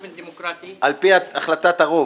דמוקרטי -- על פי החלטת הרוב.